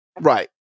Right